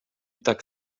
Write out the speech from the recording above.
tak